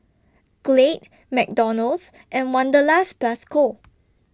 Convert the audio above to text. Glade McDonald's and Wanderlust Plus Co